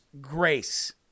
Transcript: grace